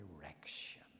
direction